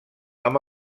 amb